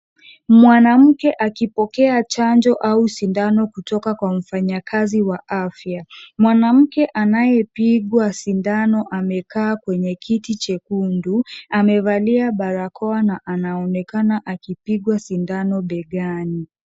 Mwanamke akipokea chanjo au sindano kutoka kwa mfanyakazi wa afya. Mwanamke anayepigwa amekaa kwenye kiti chekundu, amevalia barakoa na anaonekana akipigwa sindano begani.